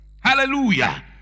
Hallelujah